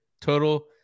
Total